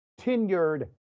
tenured